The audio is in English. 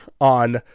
on